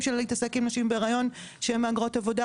של התעסקות עם נשים בהריון שהן מהגרות עבודה,